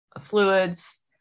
fluids